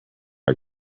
are